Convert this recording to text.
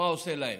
מה זה עושה להם.